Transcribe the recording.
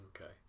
Okay